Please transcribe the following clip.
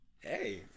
Hey